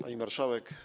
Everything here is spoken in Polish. Pani Marszałek!